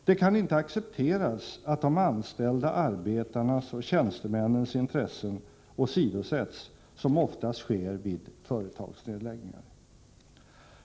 Det kan inte accepteras att de anställda arbetarnas och tjänstemännens intressen åsidosätts, som oftast sker vid företagsnedläggningar.